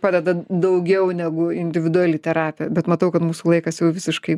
padeda daugiau negu individuali terapija bet matau kad mūsų laikas jau visiškai